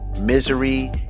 misery